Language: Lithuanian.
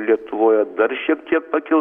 lietuvoje dar šiek tiek pakils